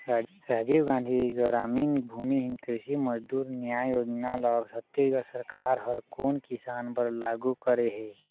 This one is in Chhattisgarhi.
राजीव गांधी गरामीन भूमिहीन कृषि मजदूर न्याय योजना ल छत्तीसगढ़ सरकार ह कोन किसान बर लागू करे हे?